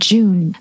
June，